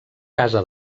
casa